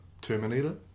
Terminator